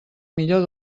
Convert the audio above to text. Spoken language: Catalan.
millor